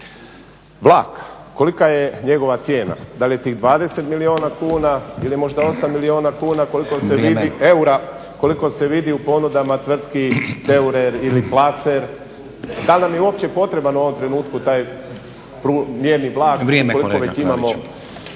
vlak, kolika je njegova cijena? Da li je tih 20 milijuna kuna ili možda 8 milijuna kuna koliko se vidi, eura, koliko se vidi u ponudama tvrtki … Dal nam je uopće potreban u ovom trenutku taj mjerni vlak… postojeći i što